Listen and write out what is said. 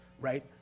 right